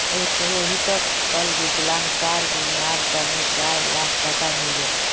रोहितक कल विकलांगतार बीमार तने चार लाख टका मिल ले